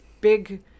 big